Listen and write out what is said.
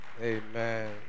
Amen